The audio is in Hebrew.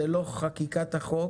זה לא חקיקת החוק